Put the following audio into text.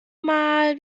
mal